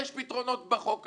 יש פתרונות בחוק הקיים.